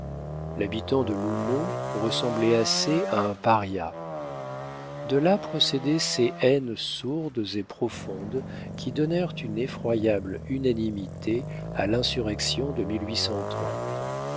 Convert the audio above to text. l'habitant de l'houmeau ressemblait assez à un paria de là procédaient ces haines sourdes et profondes qui donnèrent une effroyable unanimité à l'insurrection de